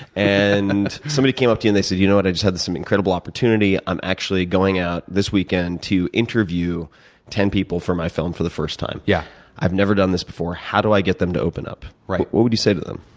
and somebody came up to you, and they said, you know what? i just had this um incredible opportunity. i'm actually going out this weekend to interview ten people for my film for the first time. yeah i've never done this before. how do i get them to open up? what would you say to them?